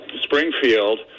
Springfield